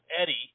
Eddie